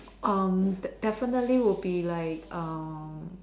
um definitely will be like um